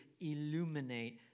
illuminate